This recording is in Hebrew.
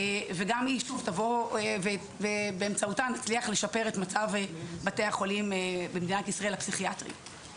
וגם באמצעותה נצליח לשפר את מצב בתי החולים הפסיכיאטריים במדינת ישראל.